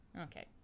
Okay